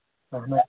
اَہن حظ